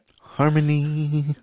Harmony